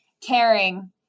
caring